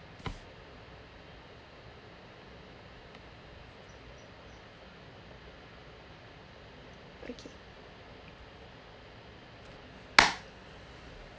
okay